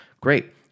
Great